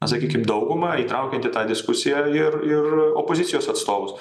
sakykim dauguma įtraukiant į tą diskusiją ir ir opozicijos atstovus